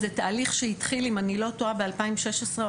זה תהליך שהתחיל אם אני לא טועה ב- 2016 או